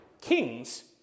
kings